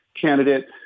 candidate –